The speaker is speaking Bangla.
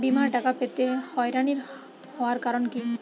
বিমার টাকা পেতে হয়রানি হওয়ার কারণ কি?